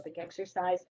exercise